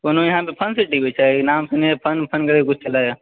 कोनो यहाँ fun city भी छै नाम